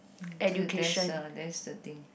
mm that's the that's the thing